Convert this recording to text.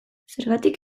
zergatik